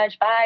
Bye